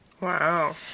Wow